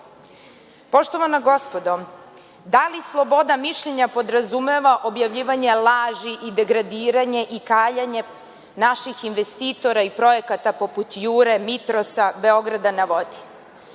medija. Poštovana gospodo, da li sloboda mišljenja podrazumeva objavljivanje laži i degradiranje i kaljanje naših investitora i projekata poput „Jure“, „Mitrosa“, „Beograda na vodi“?